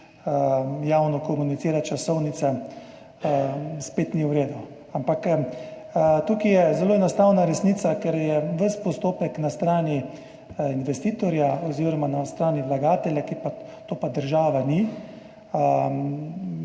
javno komunicirati o časovnici, spet ni v redu. Ampak tukaj je zelo enostavna resnica, ker je ves postopek na strani investitorja oziroma na strani vlagatelja, to pa ni država.